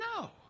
No